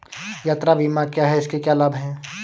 यात्रा बीमा क्या है इसके क्या लाभ हैं?